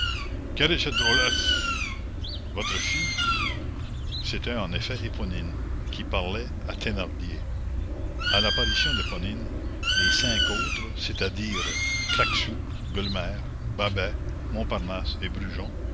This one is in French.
quelle est cette drôlesse votre fille c'était en effet éponine qui parlait à thénardier à l'apparition d'éponine les cinq autres c'est-à-dire claquesous gueulemer babet montparnasse et